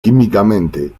químicamente